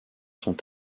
sont